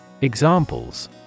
Examples